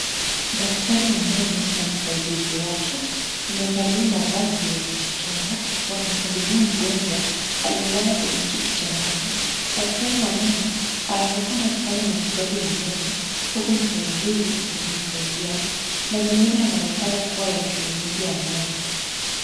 Daktari wa meno na msaidizi wake wamevalia mavazi ya kujikinga wakimhudumia mgonjwa aliyelala kwenye kiti cha meno. Daktari wa meno anaonekana akifanya matibabu ya meno huku msaidizi akimsaidia. Mazingira yanaonekana kuwa ya kliniki ya meno.